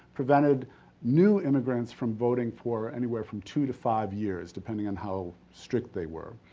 prevented new immigrants from voting for anywhere from two to five years depending on how strict they were.